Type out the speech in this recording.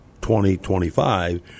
2025